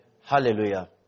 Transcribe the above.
Hallelujah